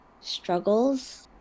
struggles